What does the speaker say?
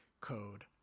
code